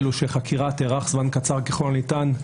הוא שחקירה תיארך זמן קצר ככל הניתן,